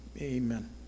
amen